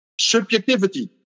subjectivity